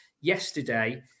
yesterday